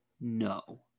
No